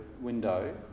window